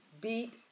Beat